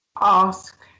ask